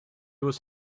was